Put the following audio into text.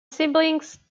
siblings